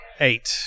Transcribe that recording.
eight